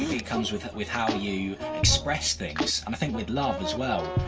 it comes with with how you express things. and i think with love, as well.